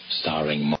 starring